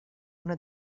una